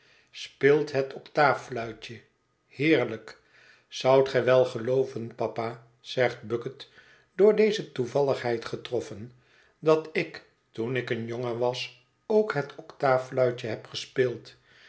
speelt het octaaffluitje heerlijk zoudt gij wel gelooven papa zegt bucket door deze toevalligheid getroffen dat ik toen ik een jongen was ook het octaaffluitje heb gespeeld